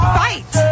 fight